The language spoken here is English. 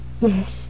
Yes